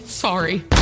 sorry